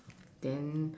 then